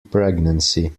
pregnancy